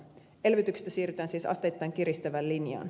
elvytyksestä siirrytään siis asteittain kiristävään linjaan